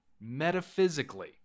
Metaphysically